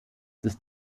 des